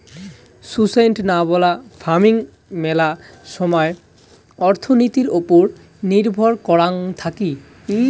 sustainable farming মেলা সময় অর্থনীতির ওপর নির্ভর করাং থাকি